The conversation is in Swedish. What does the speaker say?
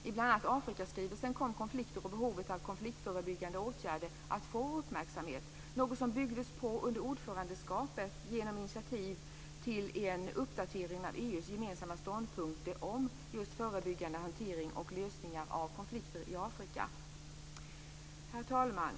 I bl.a. Afrikaskrivelsen kom konflikter och behovet av konfliktförebyggande åtgärder att få uppmärksamhet, något som byggdes på under ordförandeskapet genom initiativ till en uppdatering av EU:s gemensamma ståndpunkter om förebyggande, hantering och lösning av konflikter i Afrika. Fru talman!